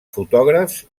fotògrafs